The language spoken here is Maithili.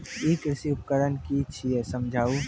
ई कृषि उपकरण कि छियै समझाऊ?